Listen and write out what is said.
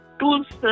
tools